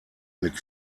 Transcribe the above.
mit